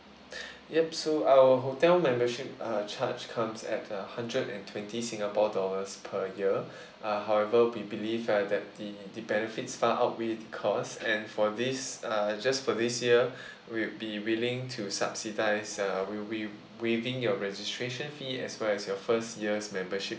yup so our hotel membership uh charge comes at a hundred and twenty singapore dollars per year uh however we believe uh that the the benefits far outweigh the cost and for these uh just for this year we'll be willing to subsidise uh we'll we waiving your registration fee as well as your first year's membership